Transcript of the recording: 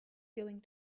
going